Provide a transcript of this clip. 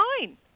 fine